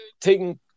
taking